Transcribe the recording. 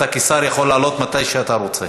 אתה כשר יכול לעלות מתי שאתה רוצה.